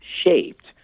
shaped